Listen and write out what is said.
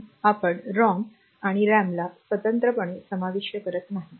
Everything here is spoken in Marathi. म्हणून आपण रॉम आणि रॅम ला स्वतंत्रपणे समाविष्ट करत नाही